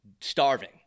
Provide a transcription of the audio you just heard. starving